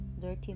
dirty